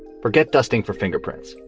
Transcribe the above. forget dusting for fingerprints.